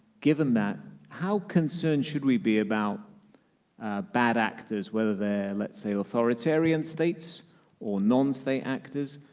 given that, how concerned should we be about bad actors, whether they're let's say authoritarian states or non-state actors,